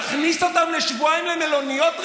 תכניס אותם לשבועיים למלוניות,